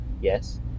Yes